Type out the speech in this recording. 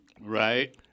Right